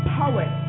poet